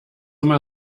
immer